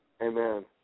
Amen